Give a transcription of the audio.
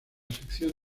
sección